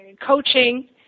coaching